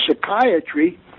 psychiatry